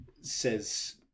says